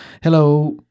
Hello